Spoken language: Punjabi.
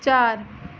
ਚਾਰ